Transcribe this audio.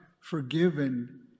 forgiven